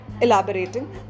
Elaborating